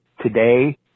today